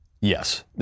Yes